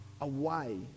away